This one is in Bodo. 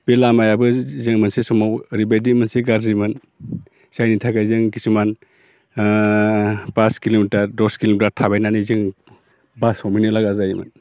बे लामायाबो जों मोनसे समाव ओरैबायदि मोनसे गाज्रिमोन जायनि थाखाय जों खिसुमान फास किल'मिटार दस किल'मिटार थाबायनानै जों बास हमहैनो लागा जायोमोन